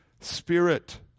spirit